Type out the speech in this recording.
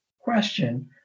question